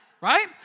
Right